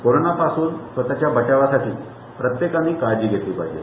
corona पासून तर त्यापासून बचावासाठी प्रत्येकाने काळजी घेतली पाहिजे